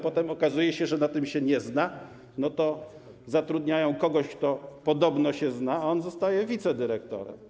Potem okazuje się, że na tym się nie zna, to zatrudniają kogoś, kto podobno się zna, a on zostaje wicedyrektorem.